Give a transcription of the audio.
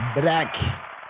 Black